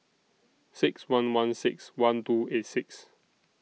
six one one six one two eight six